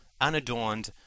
unadorned